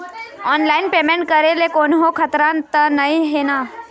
Online payment करे ले कोन्हो खतरा त नई हे न?